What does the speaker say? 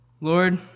Lord